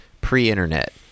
pre-internet